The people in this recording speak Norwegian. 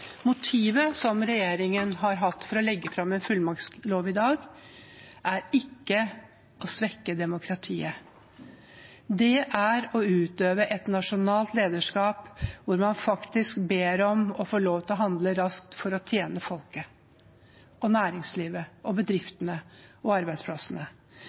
Motivet som regjeringen har hatt for å legge fram en fullmaktslov i dag, er ikke å svekke demokratiet. Det er å utøve et nasjonalt lederskap hvor man ber om å få lov til å handle raskt for å tjene folket, næringslivet, bedriftene og arbeidsplassene.